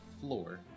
floor